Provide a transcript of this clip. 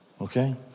okay